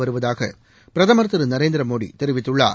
வருவதாக பிரதமர் திரு நரேந்திர மோடி தெரிவித்துள்ளார்